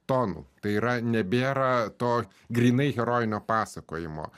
tonu tai yra nebėra to grynai herojinio pasakojimo